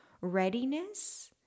readiness